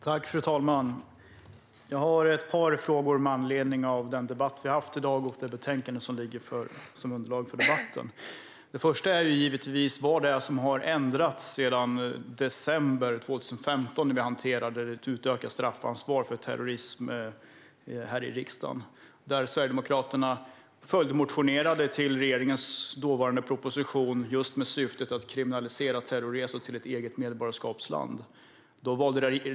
Fru talman! Jag har ett par frågor med anledning av den debatt vi har haft i dag och det betänkande som är underlag för debatten. Den första frågan är givetvis vad det är som har ändrats sedan december 2015, när vi hanterade ett förslag om utökat straffansvar för terrorism här i riksdagen. Sverigedemokraterna väckte då en följdmotion till regeringens dåvarande proposition med just syftet att kriminalisera terrorresor till ett eget medborgarskapsland.